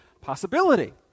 possibility